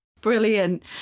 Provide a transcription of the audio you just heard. Brilliant